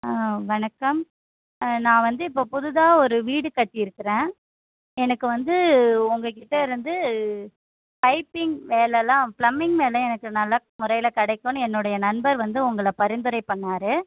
ஆ வணக்கம் நான் வந்து இப்போ புதுசாக ஒரு வீடு கட்டியிருக்குறேன் எனக்கு வந்து உங்கள் கிட்டேருந்து பைப்பிங் வேலைலாம் ப்ளம்மிங் வேலை எனக்கு நல்ல முறையில கிடைக்குன்னு என்னோடைய நண்பர் வந்து உங்களை பரிந்துரை பண்ணிணாரு